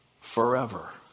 forever